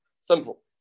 Simple